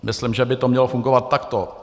Myslím, že by to mělo fungovat takto.